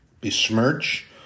besmirch